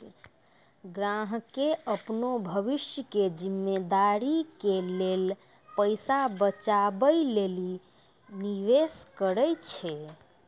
ग्राहकें अपनो भविष्य के जिम्मेदारी के लेल पैसा बचाबै लेली निवेश करै छै